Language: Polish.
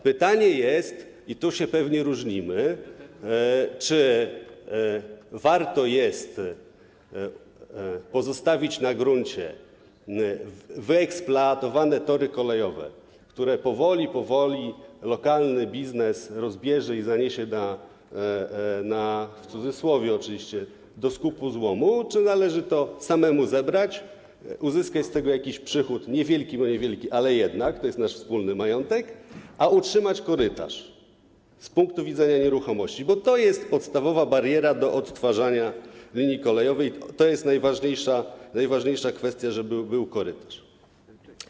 Pytanie jest - i tu się pewnie różnimy - czy warto jest pozostawić na gruncie wyeksploatowane tory kolejowe, które powoli, powoli lokalny biznes, oczywiście mówiąc w cudzysłowie, rozbierze i zaniesie do skupu złomu, czy należy to samemu zebrać, uzyskać z tego jakiś przychód, niewielki, bo niewielki, ale jednak to jest nasz wspólny majątek, a utrzymać korytarz z punktu widzenia nieruchomości, bo to jest podstawowa bariera, jeśli chodzi o odtwarzanie linii kolejowej, to jest najważniejsza kwestia, żeby był korytarz.